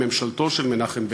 בממשלתו של מנחם בגין.